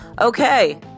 Okay